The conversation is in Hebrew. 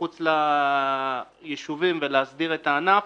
מחוץ ליישובים ולהסדיר את הענף,